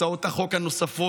הצעות החוק הנוספות